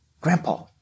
Grandpa